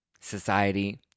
society